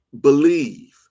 Believe